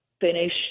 finish